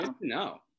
No